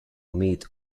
meet